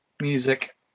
music